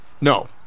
No